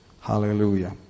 Hallelujah